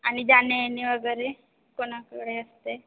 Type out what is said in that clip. आणि जाणे येणे वगैरे कोणाकडे असते